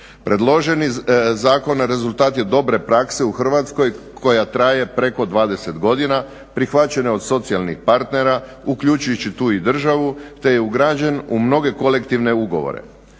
Predloženi zakon rezultat je dobre prakse u Hrvatskoj koja traje preko 20 godina, prihvaćena je od socijalnih partnera, uključujući tu i državu te je ugrađen u mnoge kolektivne ugovore.